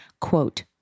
quote